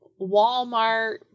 Walmart